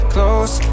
Close